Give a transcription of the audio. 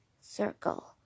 circle